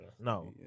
No